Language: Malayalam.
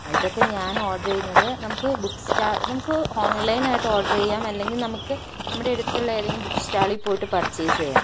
ഇതൊക്കെ ഞാൻ ഓർഡർ ചെയ്യുന്നത് നമുക്ക് ബുക്ക് സ്റ്റാൾ നമുക്ക് ഓൺലൈനായിട്ട് ഓർഡർ ചെയ്യാം അല്ലെങ്കിൽ നമുക്ക് നമ്മുടെ അടുത്തുള്ള ഏതെങ്കിലും ബുക്ക് സ്റ്റാളിൽ പോയിട്ട് പർച്ചേസ് ചെയ്യാം